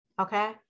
Okay